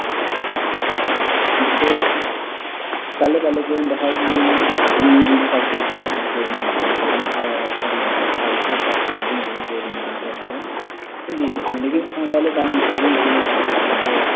दिक्खो पैह्ले पैह्ले केह् होंदा हा की इन्नी फैसिलिटी नी ही मतलब जेह्ड़ी हे साढ़ी हैल्थ फैसीलिटी ऐ गोरमेंट दी तरफा इन्नी नी ही लेकिन आने आह्ले टैम च् जियां जियां टाइम चेंज होया